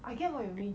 I get what you mean